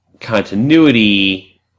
continuity